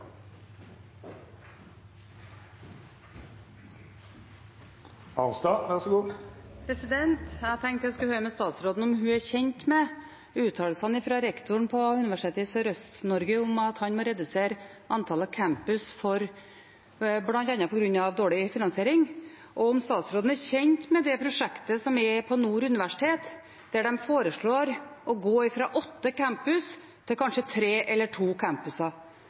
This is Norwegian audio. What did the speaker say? kjent med uttalelsene fra rektoren på Universitetet i Sørøst-Norge om at han må redusere antallet campuser bl.a. på grunn av dårlig finansiering, og om statsråden er kjent med prosjektet på Nord universitet, der de foreslår å gå fra åtte campuser til kanskje tre eller to.